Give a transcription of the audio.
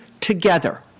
together